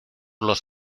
los